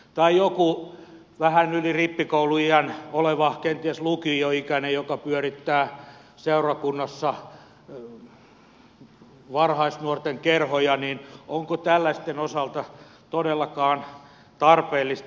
tai kun joku vähän yli rippikouluiän oleva kenties lukioikäinen pyörittää seurakunnassa varhaisnuorten kerhoja niin onko tällaisten osalta todellakaan tarpeellista